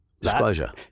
Disclosure